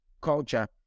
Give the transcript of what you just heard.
culture